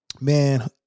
Man